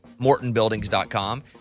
MortonBuildings.com